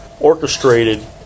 orchestrated